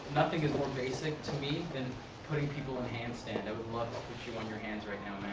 nothing is more basic to me than putting people in handstand. i would love to put you on your hands right